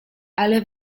ale